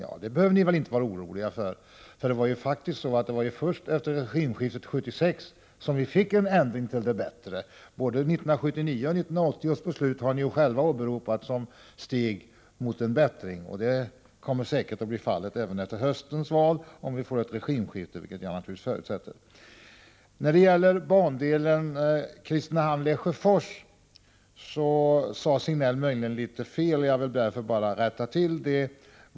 Ja, det behöver ni inte vara oroliga för. Det var faktiskt så att först efter regimskiftet 1976 blev det en ändring till det bättre. Både 1979 års beslut och 1980 års beslut på det här området har ni själva åberopat som steg mot en förbättring, och på samma sätt blir det säkerligen efter höstens val, om vi får ett regimskifte, vilket jag naturligtvis förutsätter. När det gäller bandelen Kristinehamn-Lesjöfors sade Signell möjligen fel, och jag vill bara rätta detta.